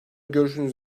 görüşünüz